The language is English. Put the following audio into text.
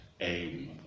aim